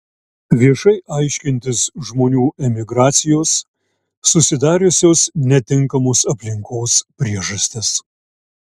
viešai aiškintis žmonių emigracijos susidariusios netinkamos aplinkos priežastis